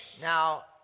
Now